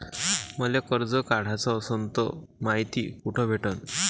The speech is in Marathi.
मले कर्ज काढाच असनं तर मायती कुठ भेटनं?